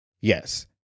Yes